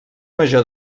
major